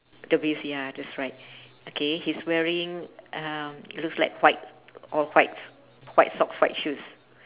the bees ya that's right okay he's wearing um it looks like white all whites white socks white shoes